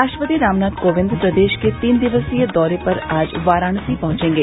राष्ट्रपति रामनाथ कोविंद प्रदेश के तीन दिवसीय दौरे पर आज वाराणसी पहुंचेंगे